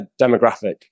demographic